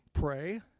Pray